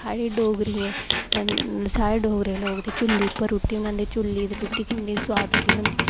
साढ़े डोगरे साढ़े डोगरे लोक चु'ल्ले उप्पर गै रुट्टी बनांदे रुट्टी बड़ी सुआदली बनदी